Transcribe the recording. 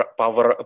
power